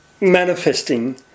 manifesting